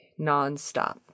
nonstop